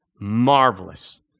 Marvelous